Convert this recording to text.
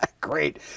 Great